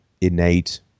innate